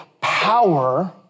power